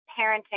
parenting